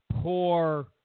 poor